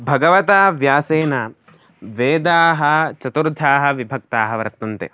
भगवता व्यासेन वेदाः चतुर्धाः विभक्ताः वर्तन्ते